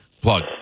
Plug